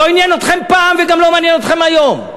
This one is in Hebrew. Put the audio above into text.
לא עניין אתכם פעם וגם לא מעניין אתכם היום.